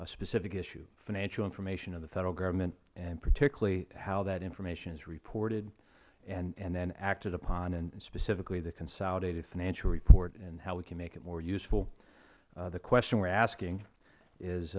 a specific issue financial information of the federal government and particularly how that information is reported and then acted upon and specifically the consolidated financial report and how we can make it more useful the question we are asking is